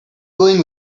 going